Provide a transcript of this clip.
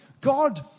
God